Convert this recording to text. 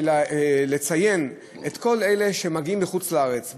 לציין את כל אלה שמגיעים מחוץ-לארץ,